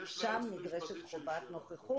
שם נדרשת חובת נוכחות.